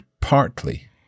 partly